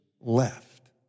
left